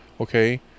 okay